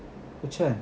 which [one]